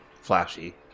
flashy